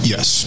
Yes